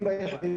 התנתק.